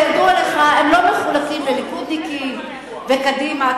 כידוע לך, המים לא מחולקים בין ליכודניקים וקדימה.